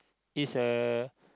is uh